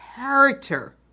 character